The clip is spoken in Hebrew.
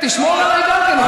באמת, תשמור עליי גם כן.